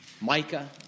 Micah